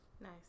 nice